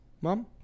Mom